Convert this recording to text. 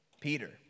Peter